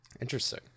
Interesting